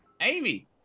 Amy